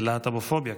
זה "להט"בופוביה".